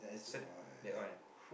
so that one